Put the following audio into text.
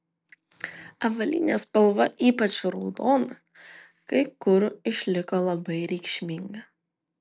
avalynės spalva ypač raudona kai kur išliko labai reikšminga